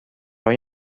های